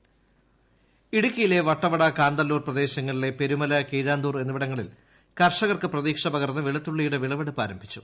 വെളുത്തുള്ളിഇടുക്കി ഇടുക്കിയിലെ വട്ടവടകാന്തല്ലൂർ പ്രദേശങ്ങളിലെ പെരുമല കീഴാന്തൂർ എന്നിവിടങ്ങളിൽ കർഷകർക്ക് പ്രതീക്ഷ പകർന്ന് വെളുത്തുള്ളിയുടെ വിളവെടുപ്പ് ആരംഭിച്ചു